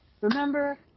remember